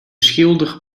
schilder